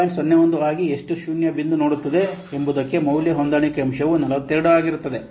01 ಆಗಿ ಎಷ್ಟು ಶೂನ್ಯ ಬಿಂದು ನೋಡುತ್ತದೆ ಎಂಬುದಕ್ಕೆ ಮೌಲ್ಯ ಹೊಂದಾಣಿಕೆ ಅಂಶವು 42 ಆಗಿರುತ್ತದೆ